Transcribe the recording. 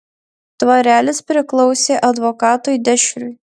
dvarelis priklausė advokatui dešriui